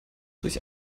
durch